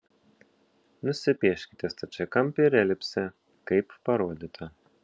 nusipieškite stačiakampį ir elipsę kaip parodyta